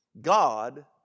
God